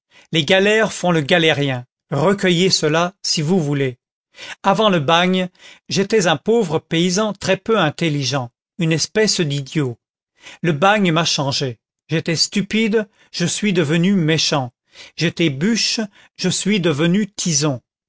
les galères font le galérien recueillez cela si vous voulez avant le bagne j'étais un pauvre paysan très peu intelligent une espèce d'idiot le bagne m'a changé j'étais stupide je suis devenu méchant j'étais bûche je suis devenu tison